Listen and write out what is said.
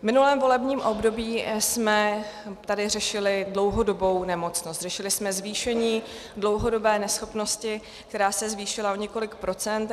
V minulém volebním období jsme tady řešili dlouhodobou nemocnost, řešili jsme zvýšení dlouhodobé neschopnosti, která se zvýšila o několik procent.